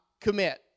commit